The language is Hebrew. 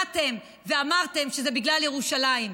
באתם ואמרתם שזה בגלל ירושלים,